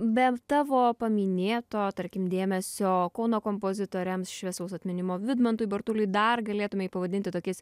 be tavo paminėto tarkim dėmesio kauno kompozitoriams šviesaus atminimo vidmantui bartuliui dar galėtumei pavadinti tokiais